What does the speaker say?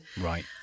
Right